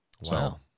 Wow